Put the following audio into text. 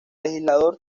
legislador